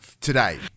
today